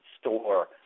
store